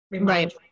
Right